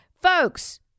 folks